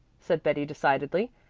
said betty decidedly,